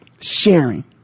sharing